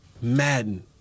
Madden